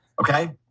Okay